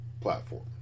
platform